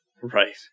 Right